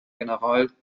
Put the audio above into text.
general